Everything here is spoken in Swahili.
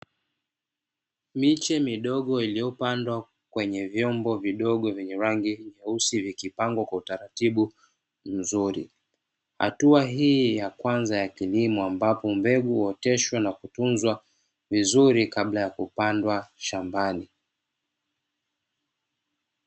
Miche midogo iliyopandwa kwenye vyombo vidogo vyenye rangi nyeusi vikipangwa kwa utaratibu mzuri. Hatua hii ya kwanza ya kilimo ambapo mbegu huoteshwa na kutunzwa vizuri, kabla ya kupandwa shambani.